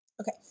Okay